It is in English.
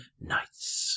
nights